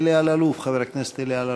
אלי אלאלוף, חבר הכנסת אלי אלאלוף.